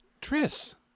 Tris